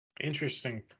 Interesting